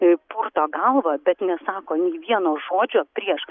purto galvą bet nesako nei vieno žodžio prieš